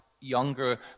younger